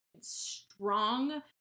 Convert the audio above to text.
strong